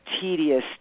tedious